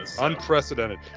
Unprecedented